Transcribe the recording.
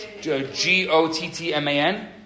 G-O-T-T-M-A-N